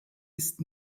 ist